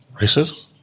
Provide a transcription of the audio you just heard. racism